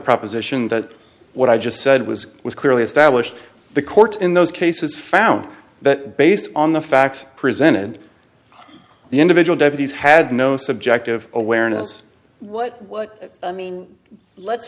proposition that what i just said was was clearly established the court in those cases found that based on the facts presented the individual deputies had no subjective awareness what what i mean let's